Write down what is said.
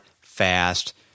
fast